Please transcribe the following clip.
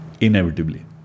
Inevitably